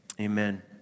Amen